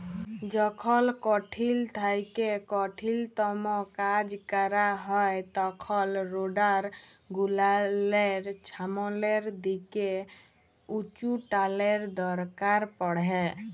যখল কঠিল থ্যাইকে কঠিলতম কাজ ক্যরা হ্যয় তখল রোডার গুলালের ছামলের দিকে উঁচুটালের দরকার পড়হে